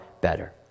better